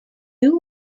who